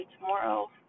tomorrow